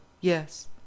Yes